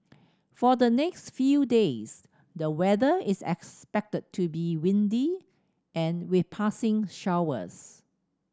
for the next few days the weather is expected to be windy and with passing showers